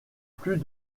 plus